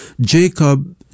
Jacob